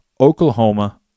Oklahoma